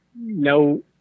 no